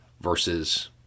Versus